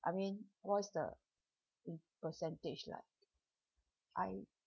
I mean what's the percentage like I